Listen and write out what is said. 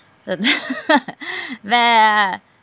so but